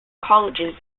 colleges